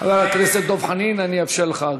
חבר הכנסת דב חנין, אני אאפשר לך.